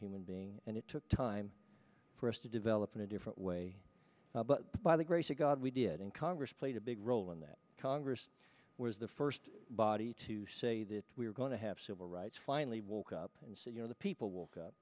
human being and it took time for us to develop in a different way by the god we did in congress played a big role in that congress was the first body to say that we're going to have civil rights finally woke up and said you know the people walk up